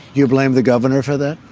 you blame the governor for that.